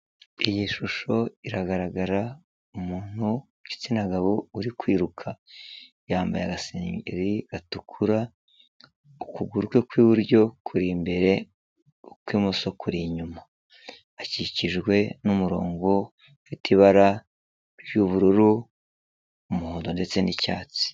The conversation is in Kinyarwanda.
Iyi s husho iragaragara